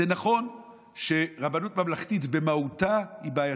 זה נכון שרבנות ממלכתית במהותה היא בעייתית,